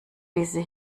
diese